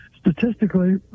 Statistically